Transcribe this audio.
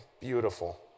Beautiful